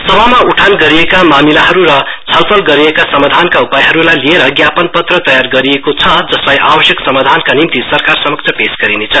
सभामा उठान गरिएका मामिलाहरू र छलफल गरिएका समाधानका उपायहरूलाई लिएर ज्ञापन पत्र तयार गरिएको छ जसलाई आवश्यक समाधानका निम्ति सरकार समक्ष पेश गरिनेछ